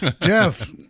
Jeff